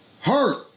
hurt